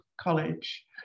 college